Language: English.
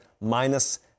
minus